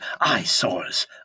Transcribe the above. eyesores